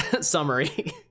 summary